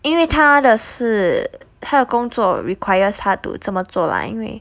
因为她的是她的工作 requires 她 to 这么做啦因为